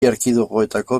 erkidegoetako